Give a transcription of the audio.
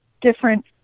different